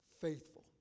Faithful